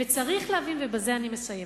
וצריך להבין, ובזה אני מסיימת,